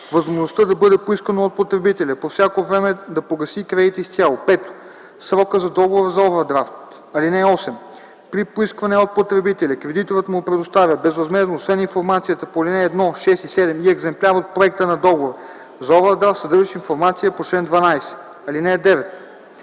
възможността да бъде поискано от потребителя по всяко време да погаси кредита изцяло; 5. срока на договора за овърдрафт. (8) При поискване от потребителя кредиторът му предоставя безвъзмездно освен информацията по ал. 1, 6 и 7 и екземпляр от проекта на договора за овърдрафт, съдържащ информацията по чл. 12. (9)